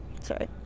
Sorry